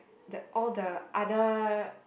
the all the other